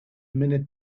minute